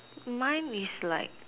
mine is like